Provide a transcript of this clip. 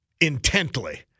intently